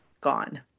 gone